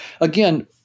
Again